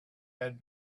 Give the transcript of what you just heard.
had